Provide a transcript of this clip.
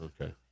Okay